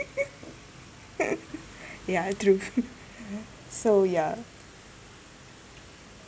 ya true so ya